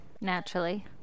naturally